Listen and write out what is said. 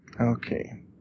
Okay